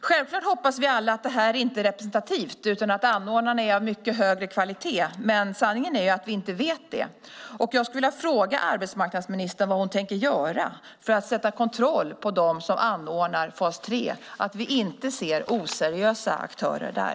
Självklart hoppas vi alla att det här inte är representativt utan att anordnarna är av mycket högre kvalitet, men sanningen är ju att vi inte vet det. Jag skulle vilja fråga arbetsmarknadsministern vad hon tänker göra för att kontrollera dem som anordnar fas 3 så att vi inte ser oseriösa aktörer där.